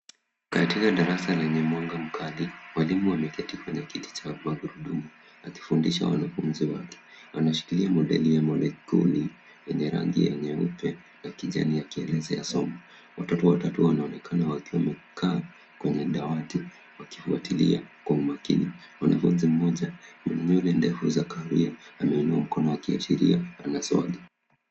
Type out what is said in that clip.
Katika darasa lenye mwanga mkali, mwalimu ameketi kwenye kiti cha magurudumu akifundisha wanafunzi wake. Anashikilia model ya mannequin yenye rangi ya nyeupe na kijani akielezea somo. Watoto watatu wanaonekana wakiwa wamekaa kwenye madawati wakifuatilia kwa umakini. Mwanafunzi mmoja mwenye nywele ndefu za kahawia ameinua mkono akiashiria ana swali.